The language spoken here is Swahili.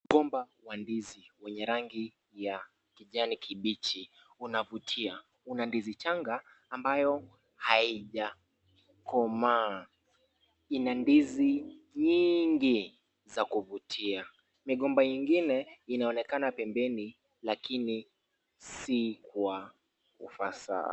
Mgomba wa ndizi wenye rangi ya kijani kibichi unavutia. Una ndizi changa ambayo hazijakomaa. Ina ndizi nyingi za kuvutia. Migomba ingine inaonekana pembeni lakini si kwa ufasaha.